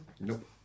Nope